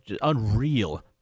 unreal